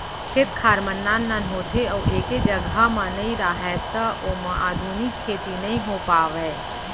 खेत खार मन नान नान होथे अउ एके जघा म नइ राहय त ओमा आधुनिक खेती नइ हो पावय